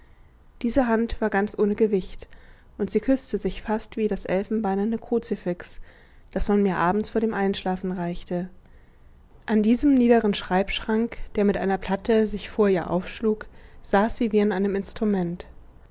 diese hand war ganz ohne gewicht und sie küßte sich fast wie das elfenbeinerne kruzifix das man mir abends vor dem einschlafen reichte an diesem niederen schreibschrank der mit einer platte sich vor ihr aufschlug saß sie wie an einem instrument